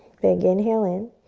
big inhale in,